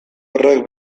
horrek